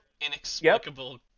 inexplicable